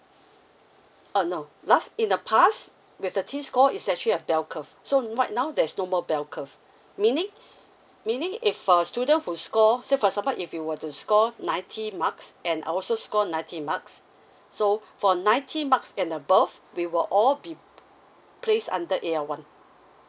uh no last in the past with the t score is actually a bell curve so right now there's no more bell curve meaning meaning if a student who score say for example if you were to score ninety marks and I also score ninety marks so for ninety marks and above we will all be place under A_L one